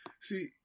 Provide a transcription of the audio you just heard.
See